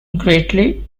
greatly